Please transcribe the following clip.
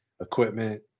equipment